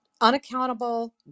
Unaccountable